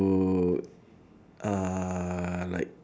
would uh like